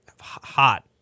hot